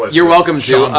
you're welcome to.